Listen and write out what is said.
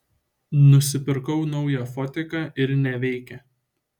nusipirkau naują fotiką ir neveikia